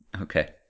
Okay